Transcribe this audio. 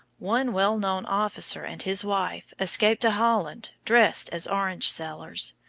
one well-known officer and his wife escaped to holland dressed as orange-sellers,